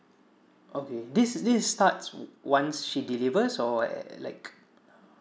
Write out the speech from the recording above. okay this is this starts once she delivers or eh like